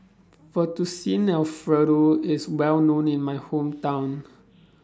Fettuccine Alfredo IS Well known in My Hometown